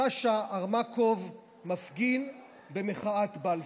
סשה ארמקוב, מפגין במחאת בלפור.